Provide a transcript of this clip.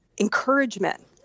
encouragement